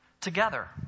together